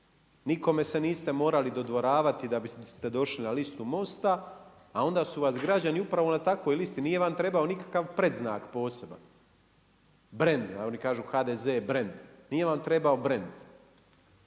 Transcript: Nikome se niste morali dodvoravati da biste došli na listu Most-a, a onda su vas građani upravo na takvoj listi, nije vam trebao nikakav predznak poseban, brend oni kažu HDZ je brend, nije vam trebao brend.